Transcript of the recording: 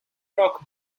rock